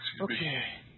Okay